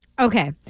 Okay